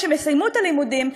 כשהם יסיימו את הלימודים,